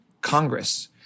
Congress